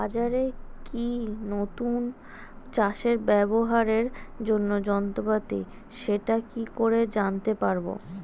বাজারে কি নতুন চাষে ব্যবহারের জন্য যন্ত্রপাতি সেটা কি করে জানতে পারব?